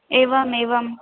एवम् एवम्